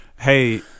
hey